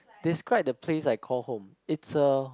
describe the place like called home is a